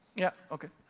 yeah, okay.